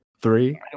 Three